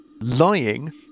lying